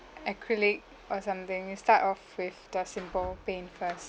acrylic or something you start off with the simple paint first